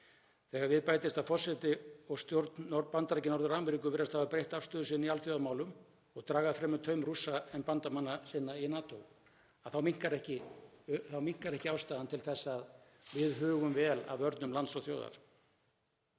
Þegar við bætist að forseti og stjórn Bandaríkja Norður-Ameríku virðast hafa breytt afstöðu sinni í alþjóðamálum og draga fremur taum Rússa en bandamanna sinna í NATO þá minnkar ekki ástæðan til þess að við hugum vel að vörnum lands og þjóðar.